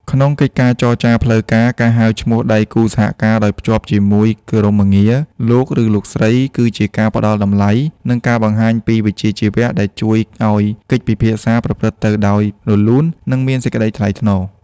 ក្នុងកិច្ចចរចាផ្លូវការ ការហៅឈ្មោះដៃគូសហការដោយភ្ជាប់ជាមួយគោរមងារ "លោក" ឬ "លោកស្រី" គឺជាការផ្តល់តម្លៃ និងការបង្ហាញពីវិជ្ជាជីវៈដែលជួយឱ្យកិច្ចពិភាក្សាប្រព្រឹត្តទៅដោយរលូន និងមានសេចក្ដីថ្លៃថ្នូរ។